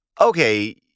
okay